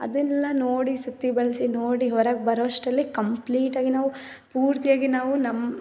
ಅದೆಲ್ಲ ನೋಡಿ ಸುತ್ತಿ ಬಳಸಿ ನೋಡಿ ಹೊರಗೆ ಬರೋಷ್ಟರಲ್ಲಿ ಕಂಪ್ಲೀಟಾಗಿ ನಾವು ಪೂರ್ತಿಯಾಗಿ ನಾವು ನಮ್ಮ